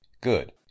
Good